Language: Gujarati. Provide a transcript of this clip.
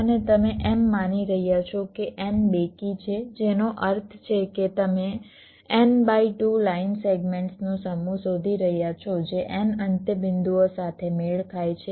અને તમે એમ માની રહ્યા છો કે N બેકી છે જેનો અર્થ છે કે તમે N બાય 2 લાઇન સેગમેન્ટ્સ નો સમૂહ શોધી રહ્યા છો જે N અંત્યબિંદુઓ સાથે મેળ ખાય છે